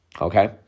okay